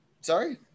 Sorry